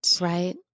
Right